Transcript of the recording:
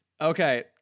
Okay